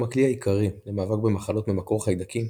הכלי העיקרי למאבק במחלות ממקור חיידקי,